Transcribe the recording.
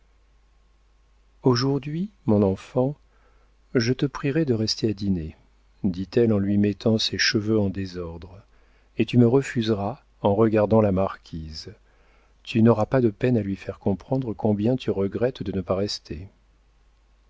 aujourd'hui mon enfant je te prierai de rester à dîner dit-elle en lui mettant ses cheveux en désordre et tu me refuseras en regardant la marquise tu n'auras pas de peine à lui faire comprendre combien tu regrettes de ne pas rester